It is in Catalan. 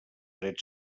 dret